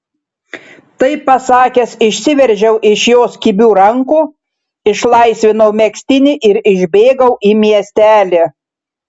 tai pasakęs išsiveržiau iš jos kibių rankų išlaisvinau megztinį ir išbėgau į miestelį